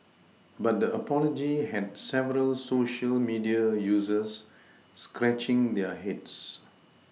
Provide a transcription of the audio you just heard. but the apology had several Social media users scratching their heads